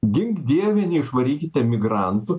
gink dieve neišvarykit emigrantų